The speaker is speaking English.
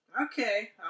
okay